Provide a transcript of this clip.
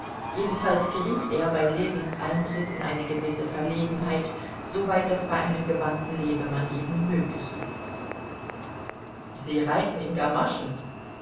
jedenfalls geriet er bei ljewins eintritt in eine gewisse verlegenheit soweit das bei einem gewandten lebemann eben möglich ist sie reiten in gamaschen